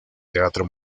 teatro